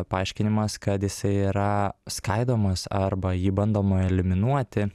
paaiškinimas kad jisai yra skaidomas arba jį bandoma eliminuoti